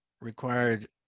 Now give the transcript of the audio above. required